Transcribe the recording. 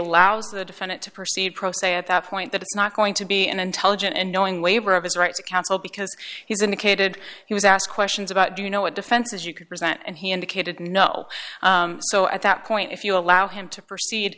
allows the defendant to proceed pro se at that point that it's not going to be an intelligent and knowing waiver of his rights council because he's indicated he was asked questions about do you know what defenses you could present and he indicated no so at that point if you allow him to proceed